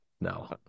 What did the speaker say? No